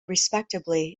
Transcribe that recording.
respectably